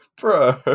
Bro